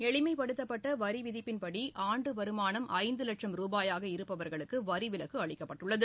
எளிமைப்படுத்தப்பட்ட வரி விதிப்பின்படி ஆண்டு வருமானம் ஐந்து வட்சம் ரூபாயாக இருப்பவர்களுக்கு வரி விலக்கு அளிக்கப்பட்டுள்ளது